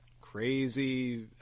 crazy